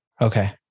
okay